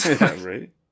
right